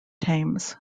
thames